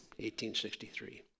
1863